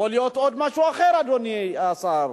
יכול להיות משהו אחר, אדוני השר,